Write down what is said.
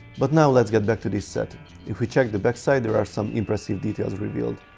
but now let's get back to this set if we check the back side there are some impressive details revealed,